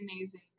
amazing